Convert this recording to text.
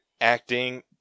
Acting